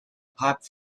pipe